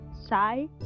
side